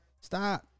Stop